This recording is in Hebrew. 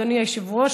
אדוני היושב-ראש,